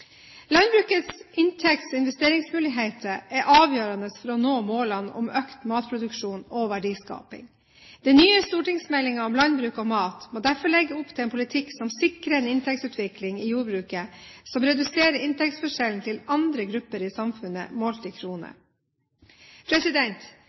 Landbrukets inntekts- og investeringsmuligheter er avgjørende for å nå målene om økt matproduksjon og verdiskaping. Den nye stortingsmeldingen om landbruk og mat må derfor legge opp til en politikk som sikrer en inntektsutvikling i jordbruket som reduserer inntektsforskjellen til andre grupper i samfunnet, målt i